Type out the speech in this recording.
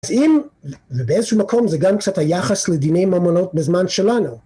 אז אם, ובאיזשהו מקום זה גם קצת היחס לדיני ממונות בזמן שלנו